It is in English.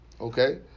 Okay